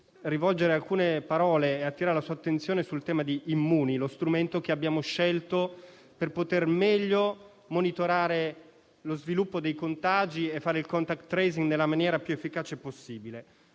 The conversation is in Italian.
rivolgere alcune parole e attirare la sua attenzione sul tema di Immuni, lo strumento che abbiamo scelto per poter meglio monitorare lo sviluppo dei contagi e fare il *contact tracing* nella maniera più efficace possibile.